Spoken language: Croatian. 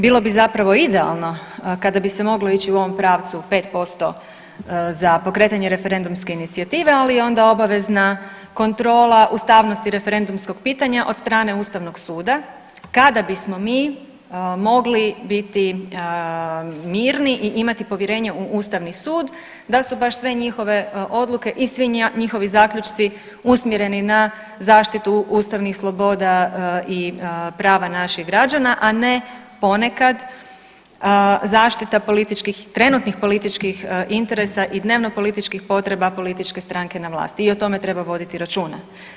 Bilo bi zapravo idealno kada bi se moglo ići u ovom pravcu 5% za pokretanje referendumske inicijative, ali onda obavezna kontrola ustavnosti referendumskog pitanja od strane Ustavnog suda kada bismo mi mogli biti mirni i imati povjerenje u Ustavni sud da su baš sve njihove odluke i svi njihovi zaključci usmjeri na zaštitu ustavnih sloboda i prava naših građana, a ne ponekad zaštita trenutnih političkih interesa i dnevnopolitičkih potreba političke stranke na vlasti i o tome treba voditi računa.